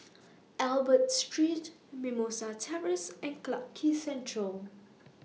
Albert Street Mimosa Terrace and Clarke Quay Central